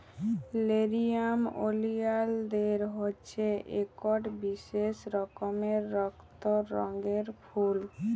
লেরিয়াম ওলিয়ালদের হছে ইকট বিশেষ রকমের রক্ত রঙের ফুল